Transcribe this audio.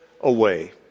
away